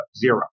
zero